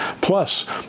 Plus